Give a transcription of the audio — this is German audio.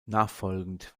nachfolgend